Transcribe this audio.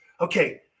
okay